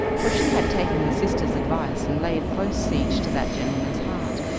for she had taken her sister's advice, and laid close siege to that gentleman's heart.